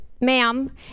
ma'am